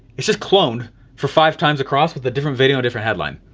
it's just clone for five times across with a different video, different headline.